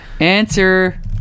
Answer